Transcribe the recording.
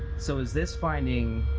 so is this finding.